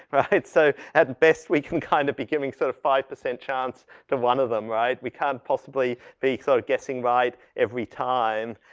right? so, at best, we can kind of be giving sort of five percent chance to one of them, right? we can't possibly be, so guessing right every time.